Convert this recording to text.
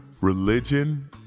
religion